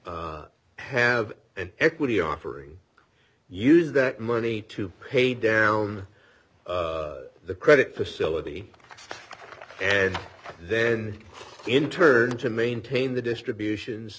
to have an equity offering use that money to pay down the credit facility and then in turn to maintain the distributions